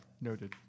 Noted